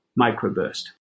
microburst